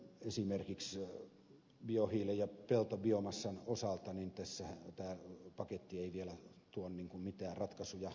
esimerkiksi biohiilen ja peltobiomassan osalta tämä paketti ei tuo vielä mitään ratkaisuja